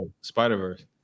Spider-Verse